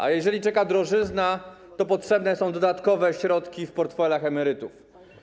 A jeżeli czeka drożyzna, to potrzebne są dodatkowe środki w portfelach emerytów.